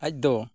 ᱟᱡ ᱫᱚ